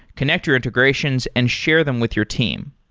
connect your integrations and share them with your team.